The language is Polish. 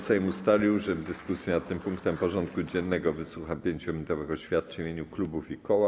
Sejm ustalił, że w dyskusji nad tym punktem porządku dziennego wysłucha 5-minutowych oświadczeń w imieniu klubów i koła.